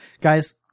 Guys